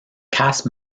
cast